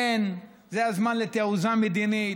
כן, זה הזמן לתעוזה מדינית,